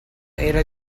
era